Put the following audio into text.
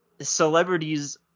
celebrities